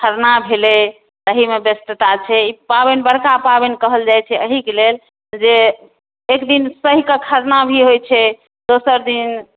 खरना भेलै एहिमे व्यस्तता छै पाबनि बड़का पाबनि कहल जाइत छै एहिके लेल जे एक दिन सहिके खरना भी होइत छै दोसर दिन